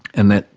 and that,